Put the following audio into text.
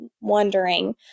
wondering